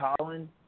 Colin